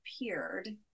appeared